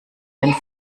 den